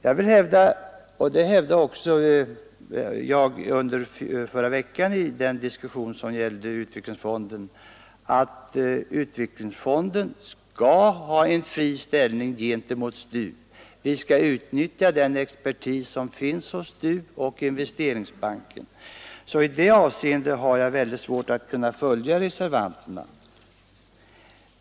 Jag vill hävda liksom jag gjorde i förra veckans debatt om utvecklingsfonden att den skall ha en fri ställning gentemot STU. Vi skall utnyttja den expertis som finns både hos STU och Investeringsbanken. I det avseendet har jag väldigt svårt att följa reservanterna.